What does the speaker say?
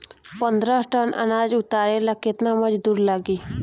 पन्द्रह टन अनाज उतारे ला केतना मजदूर लागी?